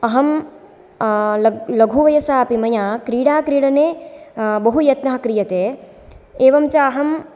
अहं लघुवयसापि मया क्रीडाक्रीडने बहु यत्नः क्रियते एवं च अहं